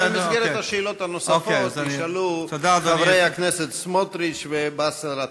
זה במסגרת השאלות הנוספות שישאלו חברי הכנסת סמוטריץ ובאסל גטאס.